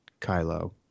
Kylo